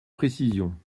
précisions